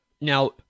Now